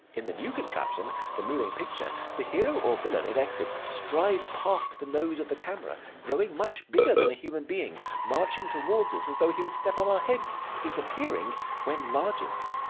in the new contraption, the moving picture, the hero or villain in exit strides past the nose of the camera, growing much bigger than a human being, marching toward us as though he would step on our heads, disappearing when largest.